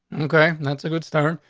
okay, that's a good start.